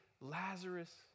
Lazarus